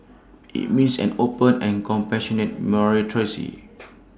IT means an open and compassionate